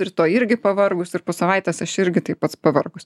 rytoj irgi pavargus ir po savaitės aš irgi taip pats pavargus